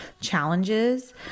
challenges